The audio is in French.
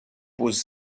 pose